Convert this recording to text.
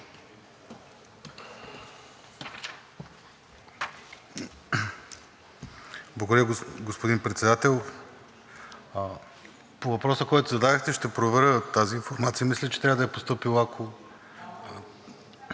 Благодаря, господин Председател. По въпроса, който зададохте. Ще проверя тази информация. Мисля, че трябва да е постъпила.